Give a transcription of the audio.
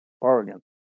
Oregon